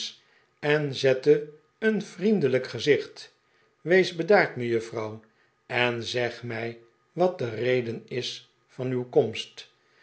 en zette een vriendelijk gezicht wees bedaard mejuffrouw en zeg mij wat de reden is van uw komst